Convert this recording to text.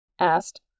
asked